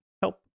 help